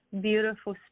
beautiful